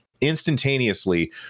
instantaneously